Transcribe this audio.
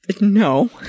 No